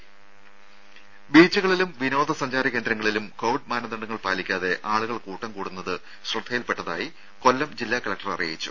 ദേദ ബീച്ചുകളിലും വിനോദസഞ്ചാര കേന്ദ്രങ്ങളിലും കോവിഡ് മാനദണ്ഡങ്ങൾ പാലിക്കാതെ ആളുകൾ കൂട്ടംകൂടുന്നത് ശ്രദ്ധയിൽപ്പെട്ടതായി കൊല്ലം ജില്ലാ കലക്ടർ അറിയിച്ചു